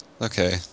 Okay